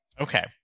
okay